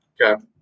Okay